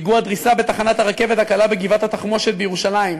פיגוע דריסה בתחנת הרכבת הקלה בגבעת-התחמושת בירושלים,